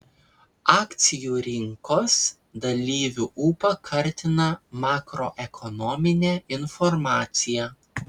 akcijų rinkos dalyvių ūpą kartina makroekonominė informacija